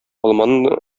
алманы